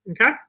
okay